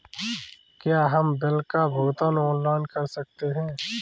क्या हम बिल का भुगतान ऑनलाइन कर सकते हैं?